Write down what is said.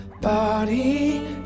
body